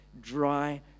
Dry